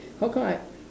how come I